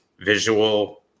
visual